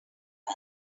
cat